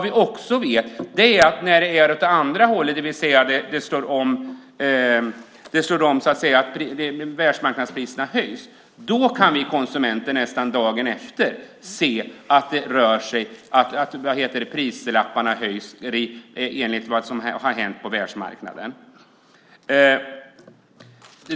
Vi vet också att när det slår om åt andra hållet och världsmarknadspriserna höjs kan vi konsumenter nästan dagen efter se att det rör sig och att priserna i butikerna höjs efter det som sker på världsmarknaden.